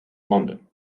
london